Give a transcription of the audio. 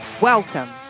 Welcome